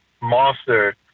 monster